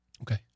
Okay